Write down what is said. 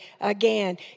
again